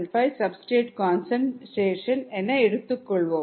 75 substrate concentration என எடுத்துக்கொள்வோம்